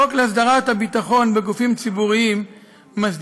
חוזרים להצעת חוק להסדרת הביטחון בגופים ציבוריים (תיקון מס' 8)